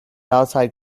outside